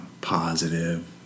positive